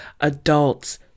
adults